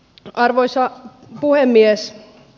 arvoisa puhemies